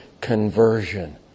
conversion